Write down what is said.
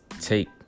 take